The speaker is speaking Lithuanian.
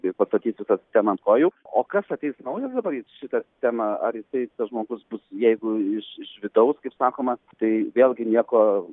ir pastatys visą sistemą ant kojų o kas ateis naujas dabar į šitą sistemą ar jisai tas žmogus bus jeigu iš iš vidaus kaip sakoma tai vėlgi nieko